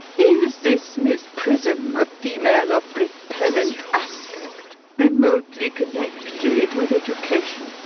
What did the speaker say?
is this miss prism a female of repellent aspect, remotely connected with education?